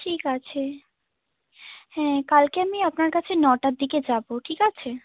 ঠিক আছে হ্যাঁ কালকে আমি আপনার কাছে নটার দিকে যাবো ঠিক আছে